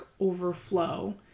overflow